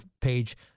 page